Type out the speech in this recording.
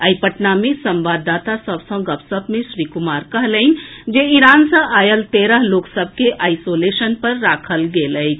आइ पटना मे संवाददाता सभ के गपशप मे श्री कुमार कहलनि जे ईरान सॅ आएल तेरह लोक सभ के आइसोलेशन पर राखल गेल अछि